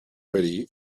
ready